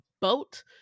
boat